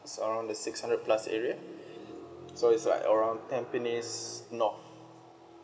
it's around the six hundred plus area so it's like around tampines north